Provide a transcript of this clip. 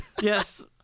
Yes